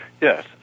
Yes